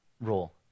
rule